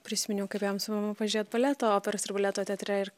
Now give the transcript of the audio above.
prisiminiau kaip ėjom su mama pažiūrėt baleto operos ir baleto teatre ir